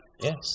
Yes